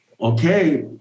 okay